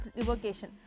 revocation